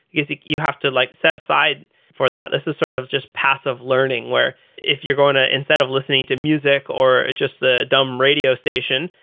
is you you have to like set-aside for that. this is sort of just passive learning, where if you're going to instead of listening to music or just the dumb radio station,